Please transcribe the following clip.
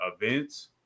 events